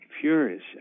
furious